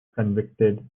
convicted